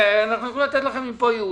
בסדר, אנחנו יכולים לתת לכם ייעוץ משפטי מכאן.